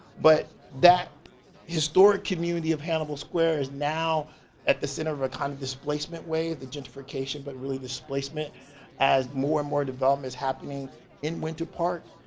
but that historic community of hannibal square is now at the center of kind of displacement way the gentrification but really displacement as more and more developments happening in winter park.